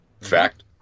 Fact